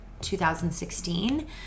2016